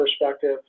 perspective